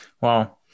Wow